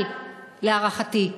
אבל להערכתי,